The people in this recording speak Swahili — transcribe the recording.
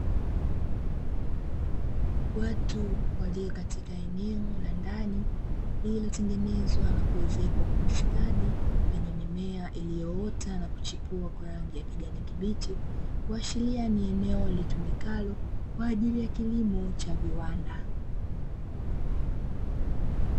Watu walio katika eneo la ndani lililotengenezwa na kuezekwa kwa ustadi lenye mimea iliyoota na kuchipua kwa rangi ya kijani kibichi, kuashiria ni eneo litumikalo kwa ajili ya kilimo cha viwanda.